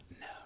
no